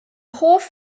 hoff